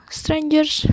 strangers